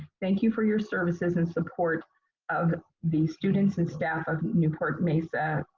thank you for your services and support of the students and staff of newport mesa.